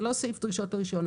זה לא סעיף דרישות הרישיון.